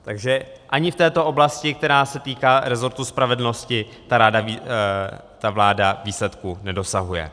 Takže ani v této oblasti, která se týká resortu spravedlnosti, ta vláda výsledků nedosahuje.